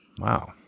wow